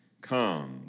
Come